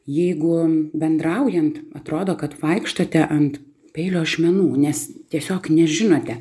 jeigu bendraujant atrodo kad vaikštote ant peilio ašmenų nes tiesiog nežinote